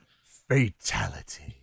fatality